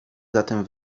zatem